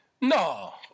No